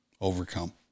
overcome